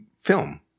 film